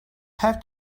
have